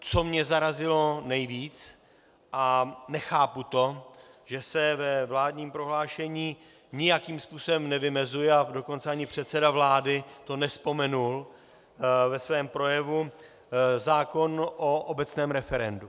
Co mě zarazilo nejvíc a nechápu to, že se ve vládním prohlášení nijakým způsobem nevymezuje, a dokonce ani předseda vlády to nevzpomenul ve svém projevu, zákon o obecném referendu.